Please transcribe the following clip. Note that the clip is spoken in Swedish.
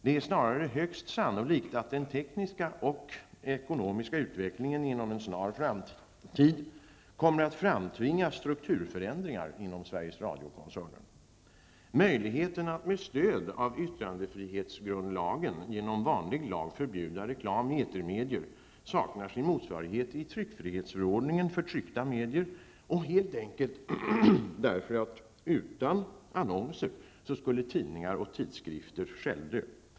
Det är snarare högst sannolikt att den tekniska och ekonomiska utvecklingen inom en snar framtid kommer att framtvinga strukturförändringar inom Sveriges Möjligheten att med stöd av yttrandefrihetsgrundlagen genom vanlig lag förbjuda reklam i etermedier saknar sin motsvarighet i tryckfrihetsförordningen för tryckta medier, helt enkelt därför att tidningar och tidskrifter utan annonser skulle självdö.